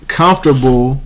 comfortable